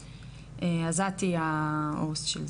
את תהיי המנהלת של זה.